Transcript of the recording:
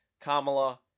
Kamala